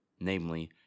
namely